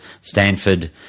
Stanford